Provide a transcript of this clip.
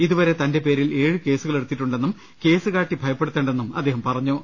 ഇതുവരെ തന്റെ പേരിൽ ഏഴ് കേസുകളെടുത്തിട്ടുണ്ടെന്നും കേസ് കാട്ടി ഭയപ്പെടുത്തേണ്ടെന്നും അദ്ദേഹം പറഞ്ഞു